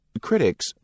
Critics